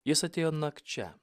jis atėjo nakčia